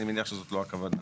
אני מניח שזאת לא הכוונה.